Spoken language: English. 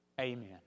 Amen